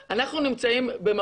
אני אעשה את זה בקצרה.